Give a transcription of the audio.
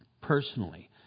personally